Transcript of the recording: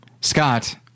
scott